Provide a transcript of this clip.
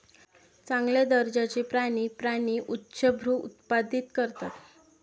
चांगल्या दर्जाचे प्राणी प्राणी उच्चभ्रू उत्पादित करतात